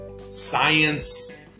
science